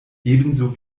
ebenso